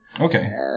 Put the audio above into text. Okay